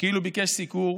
שכאילו ביקש סיקור,